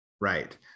Right